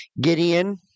Gideon